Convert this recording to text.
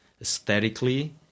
aesthetically